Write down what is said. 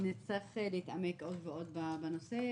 נצטרך להתעמק עוד ועוד בנושא.